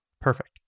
Perfect